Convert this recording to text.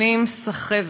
שנים סחבת,